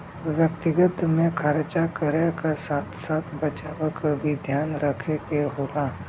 व्यक्तिगत में खरचा करे क साथ साथ बचावे क भी ध्यान रखे क होला